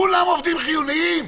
כולם עובדים חיוניים?